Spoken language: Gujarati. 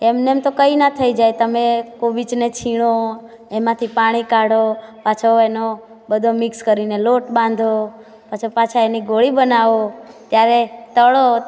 એમનેમ તો કંઈ જ ના થઈ જાય તમે કોબીજને છીણો એમાંથી પાણી કાઢો પાછો એનો બધો મીક્ષ કરીને લોટ બાંધો પાછો પાછા એની ગોળી બનાવો ત્યારે તળો